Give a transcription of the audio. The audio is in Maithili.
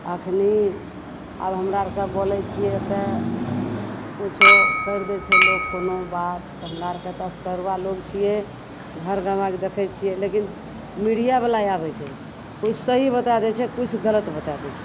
एखन आब हमरा आओरके बोलै छिए तऽ किछु करि दै छै लोक कोनो बात तऽ हमरा आओरके तऽ एसगरुआ लोक छिए घर गामके देखै छिए लेकिन मीडिआवला आबै छै किछु सही बता दै छै किछु गलत बता दै छै